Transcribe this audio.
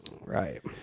Right